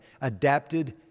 adapted